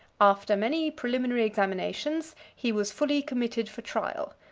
after many preliminary examinations he was fully committed for trial.